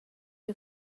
jeu